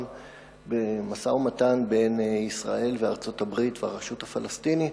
במשא-ומתן בין ישראל וארצות-הברית והרשות הפלסטינית